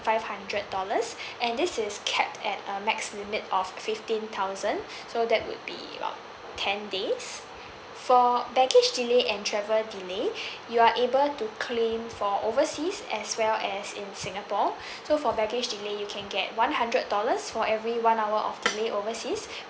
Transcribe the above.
five hundred dollars and this is capped at a max limit of fifteen thousand so that would be about ten days for baggage delay and travel delay you are able to claim for overseas as well as in singapore so for baggage delay you can get one hundred dollars for every one hour of delay overseas